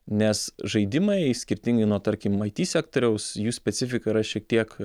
nes žaidimai skirtingai nuo tarkim it sektoriaus jų specifika yra šiek tiek